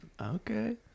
Okay